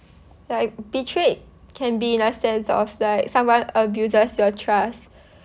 like betray can be in a sense of like someone uh uses your trust